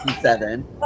seven